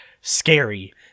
scary